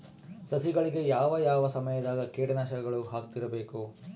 ಸಸಿಗಳಿಗೆ ಯಾವ ಯಾವ ಸಮಯದಾಗ ಕೇಟನಾಶಕಗಳನ್ನು ಹಾಕ್ತಿರಬೇಕು?